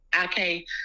okay